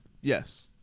Yes